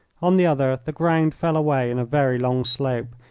on the other the ground fell away in a very long slope,